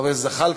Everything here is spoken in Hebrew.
חבר הכנסת זחאלקה,